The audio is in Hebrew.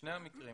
בשני המקרים,